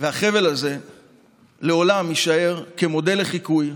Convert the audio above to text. החבל הזה לעולם יישאר כמודל לחיקוי